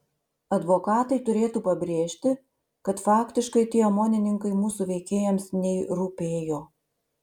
advokatai turėtų pabrėžti kad faktiškai tie omonininkai mūsų veikėjams nei rūpėjo